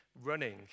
running